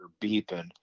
beeping